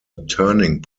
turning